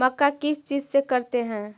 मक्का किस चीज से करते हैं?